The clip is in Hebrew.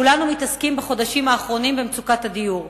כולנו מתעסקים בחודשים האחרונים במצוקת הדיור,